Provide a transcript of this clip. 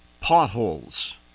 potholes